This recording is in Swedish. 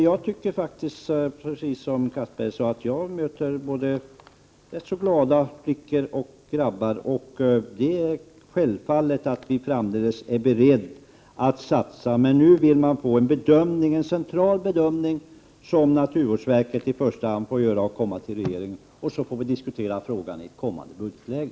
Jag kan säga, precis som Anders Castberger, att jag har mött rätt glada både flickor och pojkar på naturvårdsenheterna. Självfallet är vi framdeles beredda att satsa på naturvårdsenheterna. Men nu vill vi ha en central bedömning, som i första hand naturvårdsverket får göra och komma till regeringen med. Sedan får vi diskutera frågan i ett kommande budgetläge.